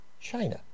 China